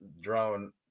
drone